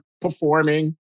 performing